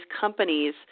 companies